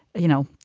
you know,